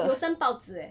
有登报纸 leh